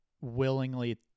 willingly